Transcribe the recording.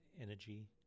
energy